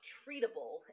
treatable